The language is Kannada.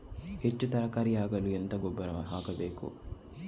ಹೆಚ್ಚು ತರಕಾರಿ ಆಗಲು ಎಂತ ಗೊಬ್ಬರ ಹಾಕಬೇಕು?